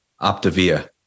Optavia